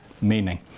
meaning